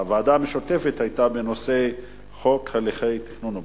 הוועדה המשותפת היתה בנושא חוק הליכי תכנון ובנייה.